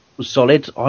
Solid